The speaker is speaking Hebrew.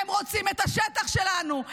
הם רוצים את השטח שלנו.